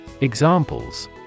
Examples